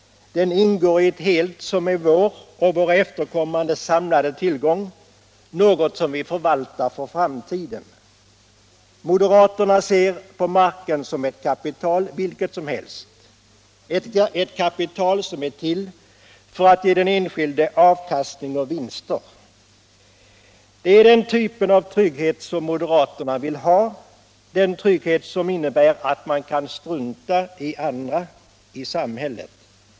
Den ingår i ett helt som är vår och våra efterkommandes samlade tillgång — något som vi förvaltar för framtiden. Moderaterna ser marken som ett kapital, vilket som helst, som är till för att ge den enskilde avkastning och vinster. Det är den typen av trygghet som moderaterna vill ha, den trygghet som innebär att man kan strunta i andra i samhället.